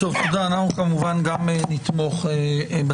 טוב תודה אנחנו כמובן גם נתמוך בצו,